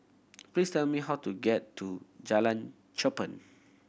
please tell me how to get to Jalan Cherpen